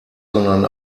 sondern